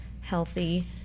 healthy